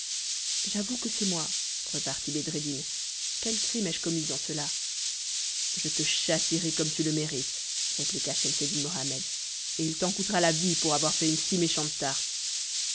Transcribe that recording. j'avoue que c'est moi repartit bedreddin quel crime ai-je commis en cela je te châtierai comme tu le mérites répliqua schemseddin mohammed et il t'en coûtera la vie pour avoir fait une si méchante tarte